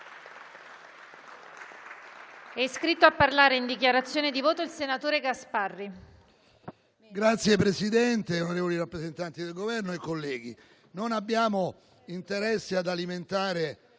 Signora Presidente, onorevoli rappresentanti del Governo, colleghi, non abbiamo interesse ad alimentare